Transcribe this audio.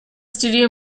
studio